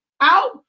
out